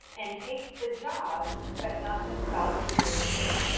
and takes the job but not themselves seriously.